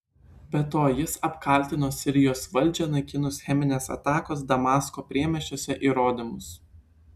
be to jis apkaltino sirijos valdžią naikinus cheminės atakos damasko priemiesčiuose įrodymus